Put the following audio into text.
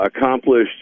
accomplished